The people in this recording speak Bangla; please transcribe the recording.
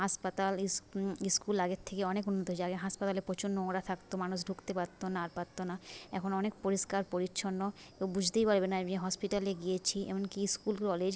হাসপাতাল স্কুল আগের থেকে অনেক উন্নত হয়েছে আগে হাসপাতালে প্রচুর নোংরা থাকত মানুষ ঢুকতে পারত না আর পারত না এখন অনেক পরিষ্কার পরিচ্ছন্ন কেউ বুঝতেই পারবে না আমি হসপিটালে গিয়েছি এমনকি স্কুল কলেজ